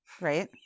right